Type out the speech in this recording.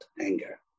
anger